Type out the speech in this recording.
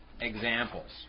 examples